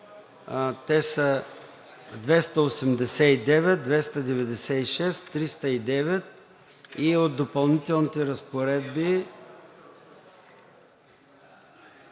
– чл. 289, 296, 309 и от Допълнителните разпоредби,